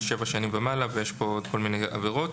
שבע שנים ומעלה ויש כאן עוד כל מיני עבירות.